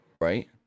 Right